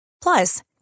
Plus